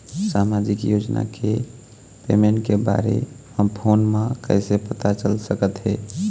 सामाजिक योजना के पेमेंट के बारे म फ़ोन म कइसे पता चल सकत हे?